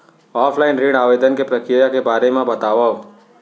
Offline ऋण आवेदन के प्रक्रिया के बारे म बतावव?